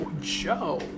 Joe